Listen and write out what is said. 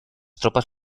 tropas